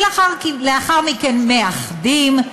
ולאחר מכן מאחדים.